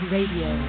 Radio